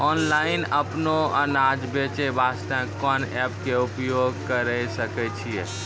Online अपनो अनाज बेचे वास्ते कोंन एप्प के उपयोग करें सकय छियै?